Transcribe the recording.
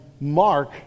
mark